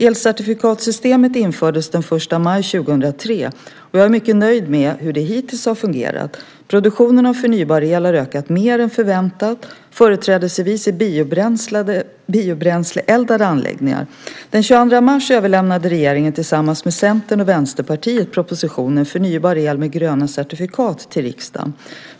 Elcertifikatsystemet infördes den 1 maj 2003 och jag är mycket nöjd med hur det hittills har fungerat. Produktionen av förnybar el har ökat mer än förväntat, företrädesvis i biobränsleeldade anläggningar. Den 22 mars överlämnade regeringen tillsammans med Centern och Vänsterpartiet propositionen Förnybar el med gröna certifikat till riksdagen.